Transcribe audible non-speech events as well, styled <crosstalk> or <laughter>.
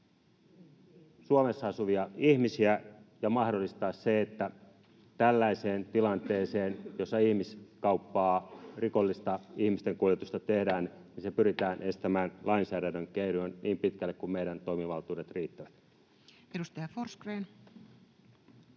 Suomessa asuvia ihmisiä ja mahdollistaa se, että tällaisessa tilanteessa, jossa ihmiskauppaa, rikollista ihmisten kuljetusta tehdään, <noise> se pyritään estämään lainsäädännön keinoin niin pitkälle kuin meidän toimivaltuutemme riittävät. [Speech